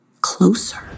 closer